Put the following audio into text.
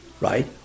right